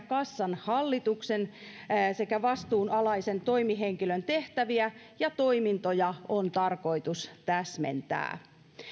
kassan hallituksen sekä vastuunalaisen toimihenkilön tehtäviä ja toimintoja on tarkoitus täsmentää